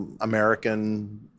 American